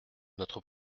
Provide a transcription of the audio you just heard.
notre